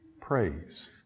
Praise